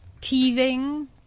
teething